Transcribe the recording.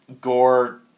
Gore